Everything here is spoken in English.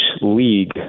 league